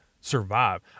survive